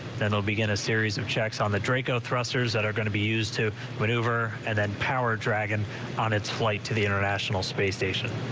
that will begin a series of checks on the draco thrusters that are going to be used to it but over and then power dragon on its flight to the international space station.